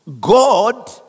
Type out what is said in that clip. God